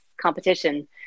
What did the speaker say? competition